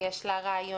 ויש לה רעיונות,